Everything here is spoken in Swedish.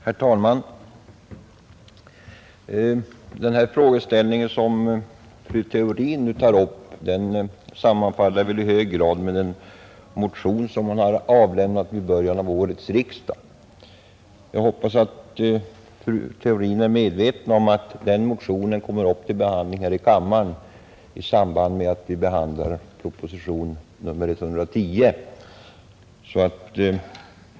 Herr talman! Den frågeställning som fru Theorin nu tar upp sammanfaller i hög grad med innehållet i den motion som hon har avlämnat vid början av årets riksdag. Jag hoppas att fru Theorin är medveten om att den motionen kommer upp till behandling här i kammaren i samband med behandlingen av proposition 110.